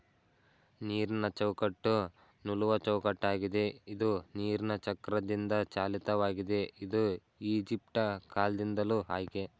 ನೀರಿನಚೌಕಟ್ಟು ನೂಲುವಚೌಕಟ್ಟಾಗಿದೆ ಇದು ನೀರಿನಚಕ್ರದಿಂದಚಾಲಿತವಾಗಿದೆ ಇದು ಈಜಿಪ್ಟಕಾಲ್ದಿಂದಲೂ ಆಯ್ತೇ